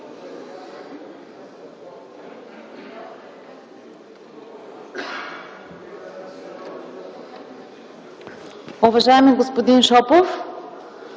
Уважаеми господин Шопов,